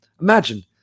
Imagine